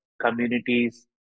communities